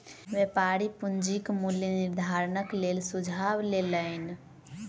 व्यापारी पूंजीक मूल्य निर्धारणक लेल सुझाव लेलैन